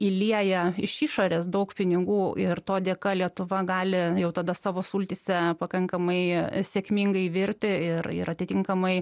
įlieja iš išorės daug pinigų ir to dėka lietuva gali jau tada savo sultyse pakankamai sėkmingai virti ir ir atitinkamai